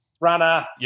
runner